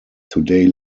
today